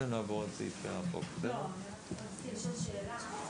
אני רציתי לשאול שאלה.